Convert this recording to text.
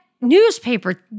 newspaper